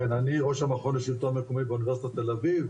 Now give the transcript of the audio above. כן אני ראש המכון לשלטון מקומי באוניברסיטת תל אביב,